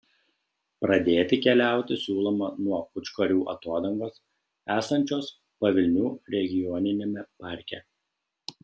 pradėti keliauti siūloma nuo pūčkorių atodangos esančios pavilnių regioniniame parke